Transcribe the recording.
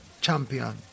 Champion